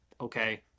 okay